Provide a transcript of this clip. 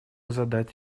задать